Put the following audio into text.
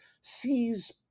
sees